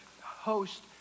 host